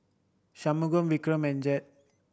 Shunmugam Vikram and Jagat